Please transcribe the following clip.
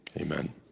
Amen